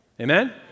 Amen